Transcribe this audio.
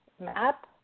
Map